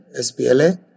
SPLA